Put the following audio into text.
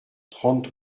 trente